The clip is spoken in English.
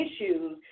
issues